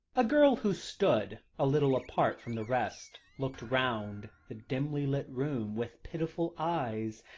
a girl who stood a little apart from the rest, looked round the dimly-lit room with pitiful eyes,